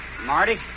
Marty